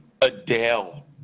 Adele